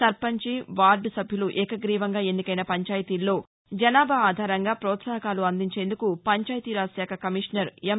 సర్పంచి వార్ద సభ్యులు ఏకగ్గీవంగా ఎన్నికైన పంచాయతీల్లో జనాభా ఆధారంగా ప్రోత్సాహకాలు అందించేందుకు పంచాయతీరాజ్ శాఖ కమిషనర్ ఎం